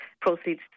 Proceeds